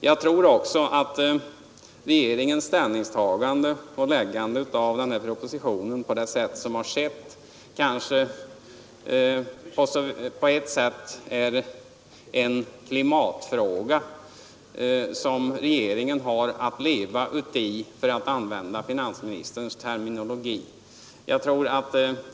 Jag tror också att regeringens ställningstagande vid framläggandet av propositionen på ett sätt är en fråga om det klimat ”som regeringen har att leva uti”, för att använda finansministerns terminologi.